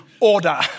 order